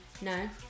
No